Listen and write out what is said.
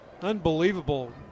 Unbelievable